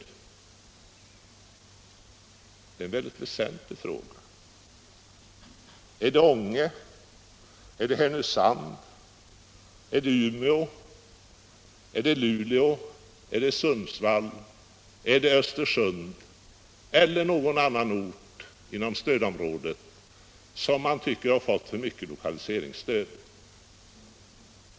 Det är en väldigt väsentlig fråga. Är det Ånge, Härnösand, Umeå, Luleå, Sundsvall, Östersund eller någon annan ort inom stödområdet som man tycker har fått för mycket lokaliseringsstöd?